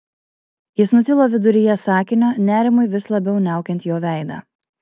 jis nutilo viduryje sakinio nerimui vis labiau niaukiant jo veidą